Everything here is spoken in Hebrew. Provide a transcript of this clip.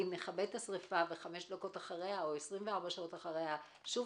אם נכבה את השריפה וחמש דקות או 24 שעות אחריה שוב